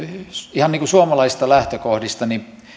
ihan suomalaista lähtökohdista